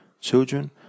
Children